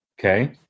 okay